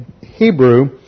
Hebrew